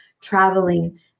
traveling